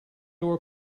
door